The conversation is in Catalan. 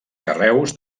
carreus